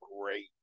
great